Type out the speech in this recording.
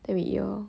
then we eat lor